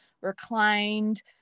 reclined